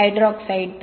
hydroxide